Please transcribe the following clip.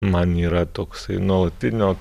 man yra toksai nuolatinio